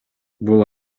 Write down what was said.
бул